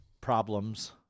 problems